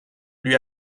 lui